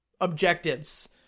objectives